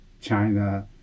China